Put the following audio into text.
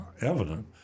evident